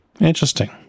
Interesting